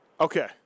Okay